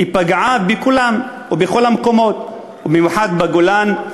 היא פגעה בכולם ובכל המקומות, ובמיוחד בגולן,